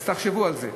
אז תחשבו על זה.